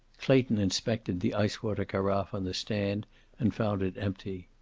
clayton inspected the ice water carafe on the stand and found it empty.